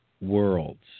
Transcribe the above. worlds